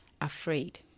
afraid